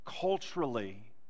culturally